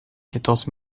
quatorze